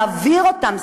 או להעביר אותן,